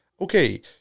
okay